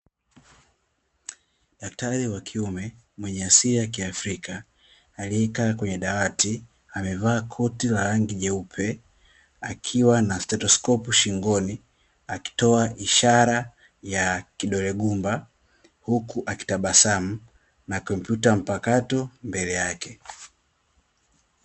Daktari wa kiume mwenye asili ya Kiafrika aliyekaa kwenye dawati. Amevaa koti la rangi nyeupe akiwa na stetoskopu shingoni akitoa ishara ya kidole gumba huku akitabasamu na kompyuta mpakato mbele yake.